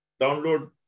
download